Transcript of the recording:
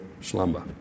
slumber